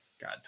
God